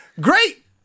Great